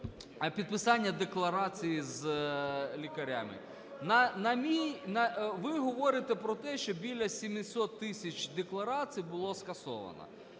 підписання декларації з лікарями. На мій… ви говорите про те, що біля 700 тисяч декларацій було скасовано.